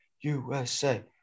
USA